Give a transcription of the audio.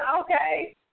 Okay